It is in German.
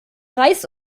reis